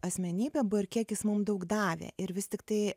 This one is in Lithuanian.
asmenybė buvo ir kiek jis mum daug davė ir vis tiktai